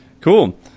Cool